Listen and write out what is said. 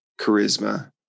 Charisma